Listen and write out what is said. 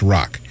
Rock